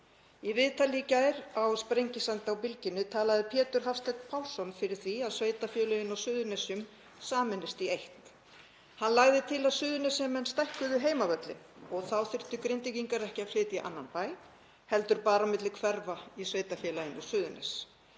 Í viðtali í gær á Sprengisandi á Bylgjunni talaði Pétur Hafsteinn Pálsson fyrir því að sveitarfélögin á Suðurnesjum sameinist í eitt. Hann lagði til að Suðurnesjamenn stækkuðu heimavöllinn og þá þyrftu Grindvíkingar ekki að flytja annan bæ heldur bara á milli hverfa í sveitarfélaginu Suðurnes.